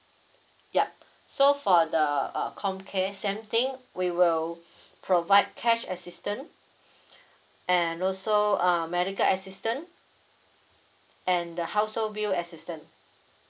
yup so for the uh comcare same thing we will provide cash assistance and also uh medical assistance and the household bill assistance